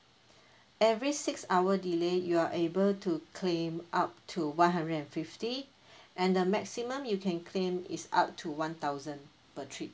every six hour delay you are able to claim up to one hundred and fifty and the maximum you can claim is up to one thousand per trip